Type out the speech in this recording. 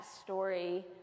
story